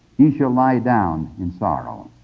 ye shall lie down in sorrow.